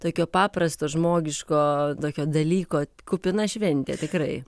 tokio paprasto žmogiško tokio dalyko kupina šventė tikrai